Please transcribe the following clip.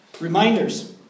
Reminders